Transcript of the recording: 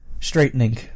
Straightening